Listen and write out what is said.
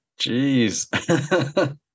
Jeez